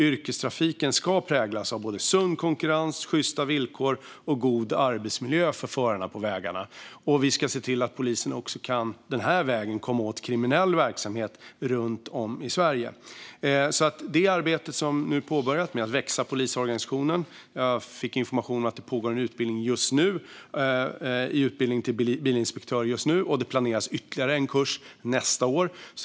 Yrkestrafiken ska präglas av sund konkurrens, sjysta villkor och god arbetsmiljö för förarna på vägarna, och vi ska se till att polisen den här vägen också kan komma åt kriminell verksamhet runt om i Sverige. Polisorganisationen ska växa, och det arbetet är påbörjat. Jag fick information om att det pågår en utbildning till bilinspektör just nu, och det planeras ytterligare en kurs nästa år.